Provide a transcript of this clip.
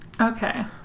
Okay